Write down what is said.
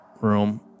room